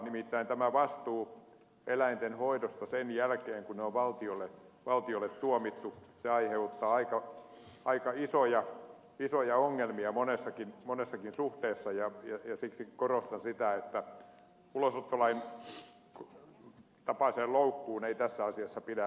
nimittäin tämä vastuu eläinten hoidosta sen jälkeen kun ne on valtiolle tuomittu aiheuttaa aika isoja ongelmia monessakin suhteessa ja siksi korostan sitä että ulosottolain tapaiseen loukkuun ei tässä asiassa pidä ajautua